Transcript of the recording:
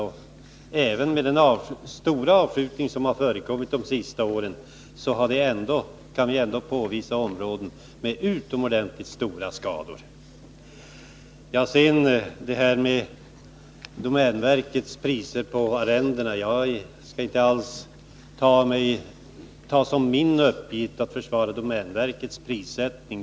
Och trots den stora avskjutning som förekommit under de senaste åren kan vi påvisa områden där det finns utomordentligt stora skador. Sedan till frågan om domänverkets priser på arrendena. Jag skall inte alls ta som min uppgift att försvara domänverkets prissättning.